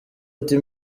ati